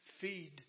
feed